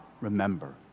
remember